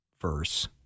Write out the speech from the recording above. verse